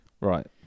Right